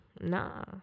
Nah